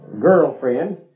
girlfriend